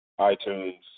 iTunes